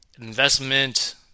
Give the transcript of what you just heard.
investment